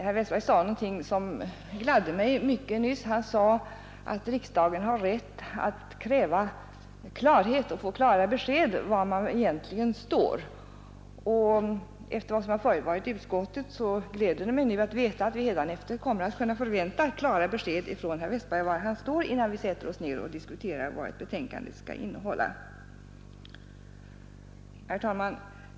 Herr Westberg sade nyss något som gladde mig mycket. Han sade att riksdagen har rätt att kräva klarhet och att få klara besked om var man egentligen står. Efter vad som förevarit i utskottet gläder det mig nu att veta att vi hädanefter kommer att kunna förvänta klara besked från herr Westberg om var han står, innan vi sätter oss ned och diskuterar vad ett betänkande skall innehålla. Herr talman!